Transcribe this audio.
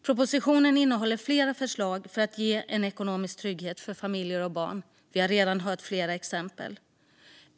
Propositionen innehåller flera förslag för att ge en ekonomisk trygghet för familjer och barn. Vi har redan hört flera exempel.